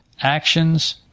actions